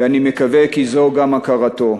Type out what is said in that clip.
ואני מקווה כי זו גם הכרתו.